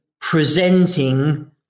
presenting